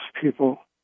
people